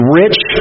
rich